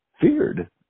feared